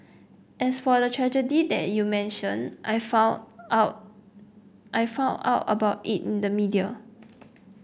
as for the tragedy that you mentioned I found out I found out about it in the media